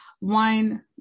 wine